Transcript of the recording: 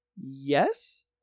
Yes